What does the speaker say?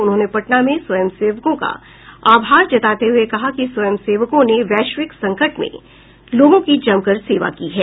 उन्होंने पटना में स्वयं सेवकों का आभार जताते हुये कहा कि स्वयं सेवकों ने वैश्विक संकट में लोगों की जमकर सेवा की है